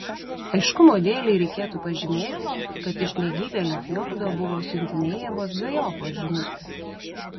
aiškumo dėlei reikėtų pažymėti kad iš negyvėlio fjordo buvo siuntinėjamos dvejopos žinutės